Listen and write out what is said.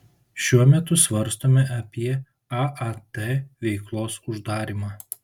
šiuo metu svarstome apie aat veiklos uždarymą